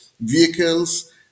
vehicles